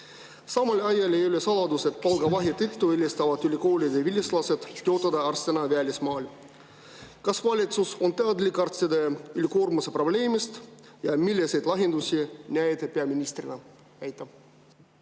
Samal ajal ei ole saladus, et palgavahe tõttu eelistavad ülikoolide vilistlased töötada arstina välismaal. Kas valitsus on teadlik arstide ülekoormuse probleemist ja milliseid lahendusi näete peaministrina? Aitäh,